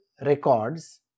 records